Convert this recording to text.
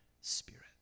Spirit